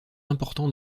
important